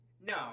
No